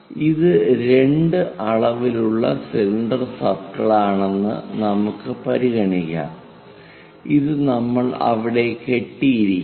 ഇത് രണ്ട് അളവിലുള്ള സിലിണ്ടർ സർക്കിളാണെന്ന് നമുക്ക് പരിഗണിക്കാം ഇത് നമ്മൾ അവിടെ കെട്ടിയിരിക്കാം